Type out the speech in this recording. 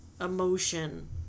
emotion